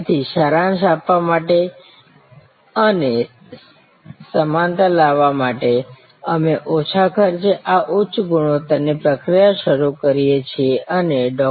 તેથી સારાંશ આપવા અને સમાનતા લાવવા માટે અમે ઓછા ખર્ચે આ ઉચ્ચ ગુણવત્તાની પ્રક્રિયા શરૂ કરીએ છીએ અને તે ડૉ